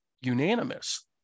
unanimous